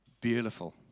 Beautiful